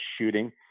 shooting